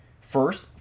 First